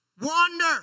wander